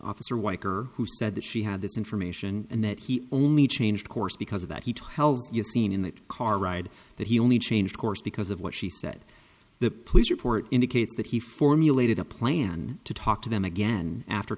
officer weicker who said that she had this information and that he only changed course because of that he tells you seen in that car ride that he only changed course because of what she said the police report indicates that he formulated a plan to talk to them again after